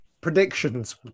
predictions